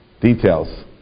details